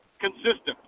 consistent